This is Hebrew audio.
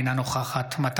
אינו נוכח מירב כהן,